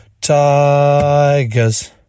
Tigers